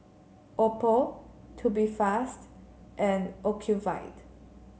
Oppo Tubifast and Ocuvite